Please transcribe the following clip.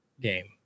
Game